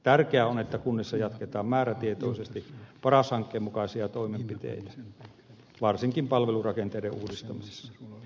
tärkeää on että kunnissa jatketaan määrätietoisesti paras hankkeen mukaisia toimenpiteitä varsinkin palvelurakenteiden uudistamisessa